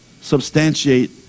substantiate